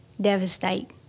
devastate